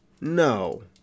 No